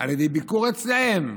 על ידי ביקור אצלם,